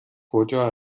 کجا